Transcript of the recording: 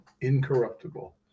incorruptible